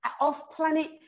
off-planet